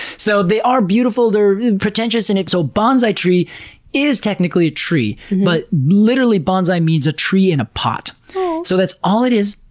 so they are beautiful, they're pretentious, and a so bonsai tree is technically a tree, but literally bonsai means a tree in a pot so that's all it is,